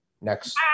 next